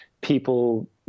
people